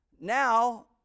Now